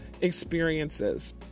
experiences